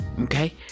okay